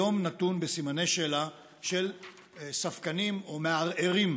היום נתון בסימני שאלה של ספקנים ומערערים.